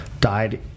died